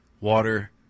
water